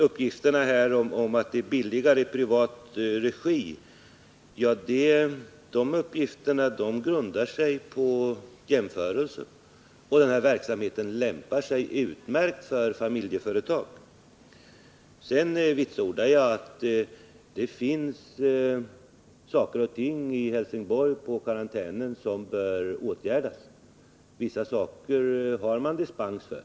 Uppgifterna om att det blir billigare om denna verksamhet bedrivs i privat regi grundar sig på jämförelser. Den här verksamheten lämpar sig dessutom utmärkt för familjeföretag. Sedan vitsordar jag att det finns brister på karantänsstationen i Helsingborg som bör åtgärdas. Vissa saker har man dispens för.